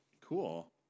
Cool